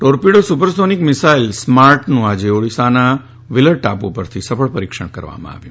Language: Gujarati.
ટોરપિડો સુપરસોનિક મિસાઇલ સ્માર્ટનું આજે ઓડિશાના વ્ફીલર ટાપુઓ પરથી સફળ ફ્લાઇટનું પરીક્ષણ કરવામાં આવ્યું